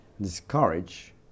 DISCOURAGE